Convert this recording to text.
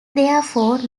therefore